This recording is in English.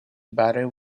butter